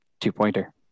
two-pointer